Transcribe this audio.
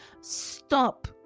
stop